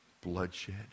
bloodshed